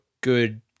good